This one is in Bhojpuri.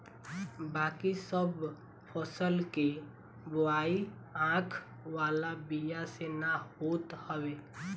बाकी सब फसल के बोआई आँख वाला बिया से ना होत हवे